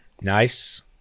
Nice